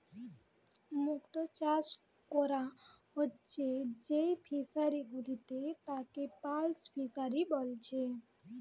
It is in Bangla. মুক্ত চাষ কোরা হচ্ছে যেই ফিশারি গুলাতে তাকে পার্ল ফিসারী বলছে